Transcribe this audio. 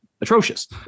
atrocious